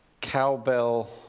cowbell